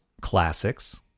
Classics